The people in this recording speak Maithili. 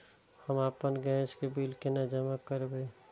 हम आपन गैस के बिल केना जमा करबे?